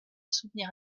soutenir